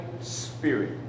spirit